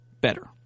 better